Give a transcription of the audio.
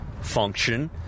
function